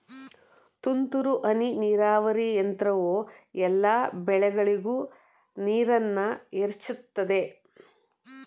ತುಂತುರು ಹನಿ ನೀರಾವರಿ ಯಂತ್ರವು ಎಲ್ಲಾ ಬೆಳೆಗಳಿಗೂ ನೀರನ್ನ ಎರಚುತದೆ